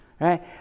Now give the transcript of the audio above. Right